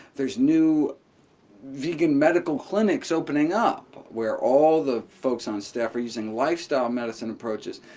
there's new vegan medical clinics opening up, where all the folks on staff are using lifestyle medicine approaches,